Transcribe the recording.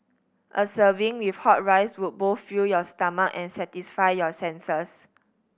a serving with hot rice would both fill your stomach and satisfy your senses